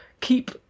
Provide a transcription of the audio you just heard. keep